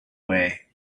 way